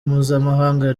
mpuzamahanga